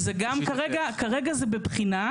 כרגע זה בבחינה.